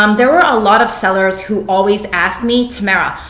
um there were a lot of sellers who always ask me, tamara,